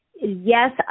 Yes